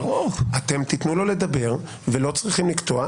אתם תיתנו לו לדבר ולא צריכים לקטוע.